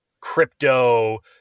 crypto